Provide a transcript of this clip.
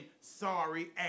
sorry